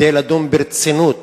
כדי לדון ברצינות